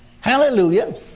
Hallelujah